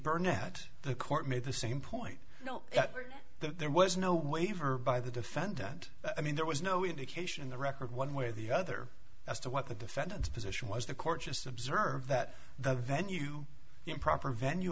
internet the court made the same point you know that there was no waiver by the defendant i mean there was no indication in the record one way or the other as to what the defendant's position was the court just observed that the venue proper venue